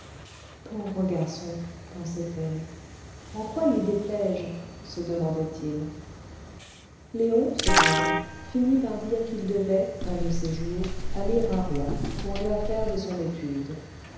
pauvre garçon pensait-elle en quoi lui déplais je se demandait-il léon cependant finit par dire qu'il devait un de ces jours aller à rouen pour une affaire de son étude